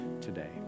today